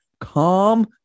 calm